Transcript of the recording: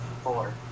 four